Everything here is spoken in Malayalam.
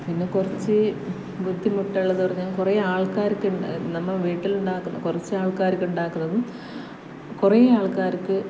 പിന്നെ കുറച്ച് ബുദ്ധിമുട്ടുള്ളത് പറഞ്ഞാൽ കുറേ ആൾക്കാർക്ക് നമ്മൾ വീട്ടിൽ ഉണ്ടാക്കുന്ന കുറച്ച് ആൾക്കാർക്ക് ഉണ്ടാക്കുന്നതും കുറേ ആൾക്കാർക്ക്